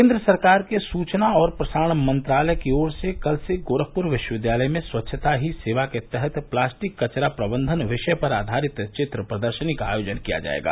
केंद्र सरकार के सूचना और प्रसारण मंत्रालय की ओर से कल से गोरखपुर विश्वविद्यालय में स्वच्छता ही सेवा के तहत प्लास्टिक कचरा प्रबंधन विषय पर आधारित चित्र प्रदर्शनी का आयोजन किया जाएगा